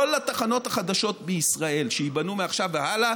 כל התחנות החדשות בישראל שייבנו מעכשיו והלאה